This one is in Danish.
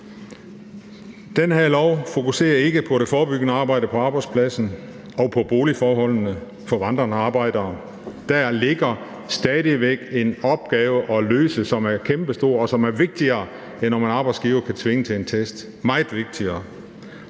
Det her lovforslag fokuserer ikke på det forebyggende arbejde på arbejdspladsen og på boligforholdene for vandrende arbejdstagere. Der ligger stadig væk en opgave at løse, som er kæmpestor, og som er vigtigere, end om en arbejdsgiver kan tvinge en til en test – meget vigtigere.